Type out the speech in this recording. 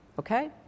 Okay